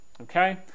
okay